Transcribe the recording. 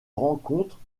rencontres